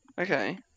Okay